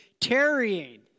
Tarrying